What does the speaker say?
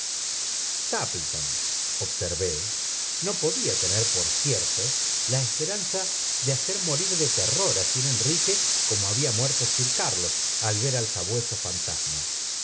observó no podía tener por cierto la esperanza de hacer morir dr terror á sir enrique como había muerto sir arlos al ver el sabueso fantasma